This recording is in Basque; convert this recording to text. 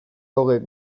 goghek